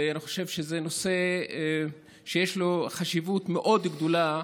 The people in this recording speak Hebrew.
ואני חושב שזה נושא שיש לו חשיבות מאוד גדולה,